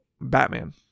Batman